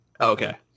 Okay